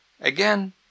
Again